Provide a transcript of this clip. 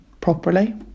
properly